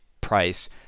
price